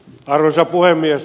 arvoisa puhemies